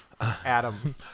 Adam